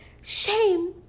Shame